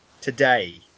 today